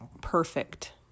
perfect